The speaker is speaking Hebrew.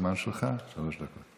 זה זה